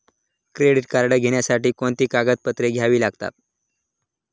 Credit card घेण्यासाठी कोणती कागदपत्रे घ्यावी लागतात?